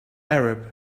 arab